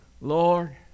Lord